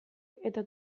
eta